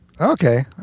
Okay